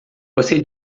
você